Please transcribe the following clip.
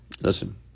listen